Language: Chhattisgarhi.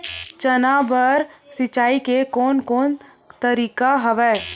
चना बर सिंचाई के कोन कोन तरीका हवय?